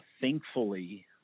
thankfully